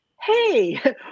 hey